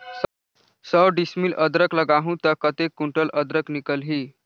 सौ डिसमिल अदरक लगाहूं ता कतेक कुंटल अदरक निकल ही?